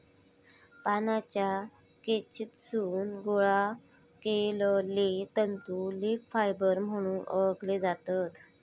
पानांच्या पेशीतसून गोळा केलले तंतू लीफ फायबर म्हणून ओळखले जातत